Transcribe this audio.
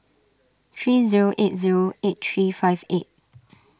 three zero eight zero eight three five eight